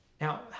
Now